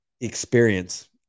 experience